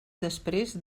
després